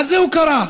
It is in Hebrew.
מה זו הוקרה,